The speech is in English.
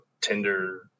tinder